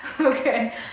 okay